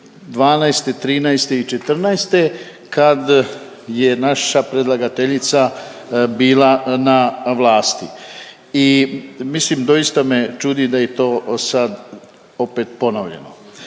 2012., '13. i '14. kad je naša predlagateljica bila na vlasti. I mislim doista me čudi da je to sad opet ponovljeno.